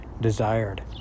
desired